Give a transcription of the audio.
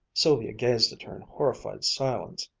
sylvia gazed at her in horrified silence.